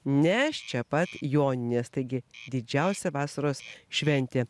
nes čia pat joninės taigi didžiausia vasaros šventė